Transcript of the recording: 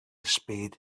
spade